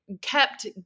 kept